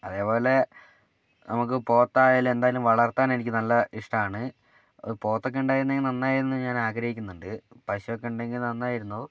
അതുപോലെ നമുക്ക് പോത്തായാലും എന്തായാലും വളർത്താൻ എനിക്ക് നല്ല ഇഷ്ടമാണ് അത് പോത്തൊക്കെ ഉണ്ടായിരുന്നെങ്കിൽ നന്നായിരുന്നു ഞാൻ ആഗ്രഹിക്കുന്നുണ്ട് പശുവൊക്കെ ഉണ്ടെങ്കിൽ നന്നായിരുന്നു